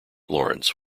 lawrence